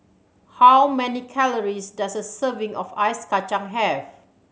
how many calories does a serving of ice kacang have